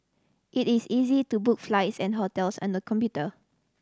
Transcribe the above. it is easy to book flights and hotels on the computer